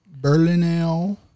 Berlinale